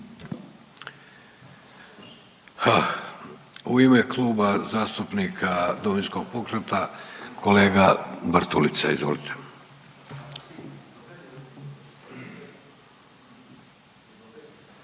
U ime Kluba zastupnika Domovinskog pokreta kolega Bartulica, izvolite.